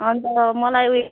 अन्त मलाई उयो